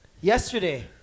Yesterday